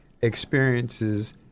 experiences